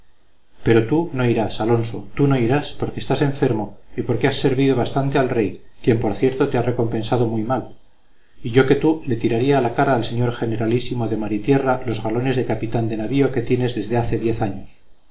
pero tú no irás alonso tú no irás porque estás enfermo y porque has servido bastante al rey quien por cierto te ha recompensado muy mal y yo que tú le tiraría a la cara al señor generalísimo de mar y tierra los galones de capitán de navío que tienes desde hace diez años